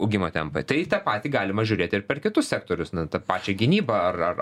augimo tempai tai į tą patį galima žiūrėt ir per kitus sektorius na tą pačią pačią gynybą ar ar ar